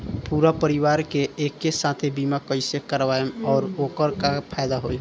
पूरा परिवार के एके साथे बीमा कईसे करवाएम और ओकर का फायदा होई?